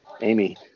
Amy